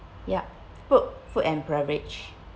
ya food food and beverage